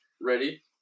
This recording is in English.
Ready